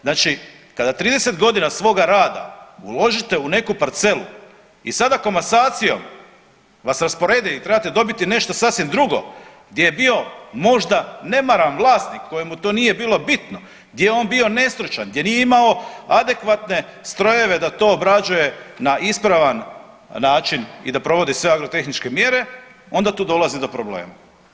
Znači kada 30 godina svoga rada uložite u neku parcelu i sada komasacijom vas rasporede i trebate dobiti nešto sasvim drugo gdje je bio možda nemaran vlasnik kojem to nije bilo bitno, gdje je on bio nestručan, gdje nije imao adekvatne strojeve da to obrađuje na ispravan način i da provodi sve agrotehničke mjere onda tu dolazi do problema.